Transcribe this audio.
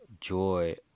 joy